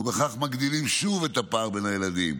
ובכך מגדילים שוב את הפער בין הילדים.